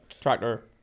tractor